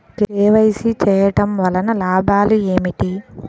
KYC చేయటం వలన లాభాలు ఏమిటి?